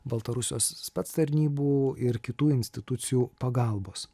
baltarusijos spec tarnybų ir kitų institucijų pagalbos